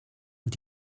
und